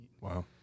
Wow